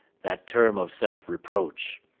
that term of self-reproach.